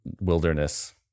wilderness